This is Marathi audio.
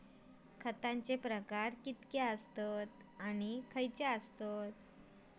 खतांचे प्रकार किती आसत आणि खैचे आसत?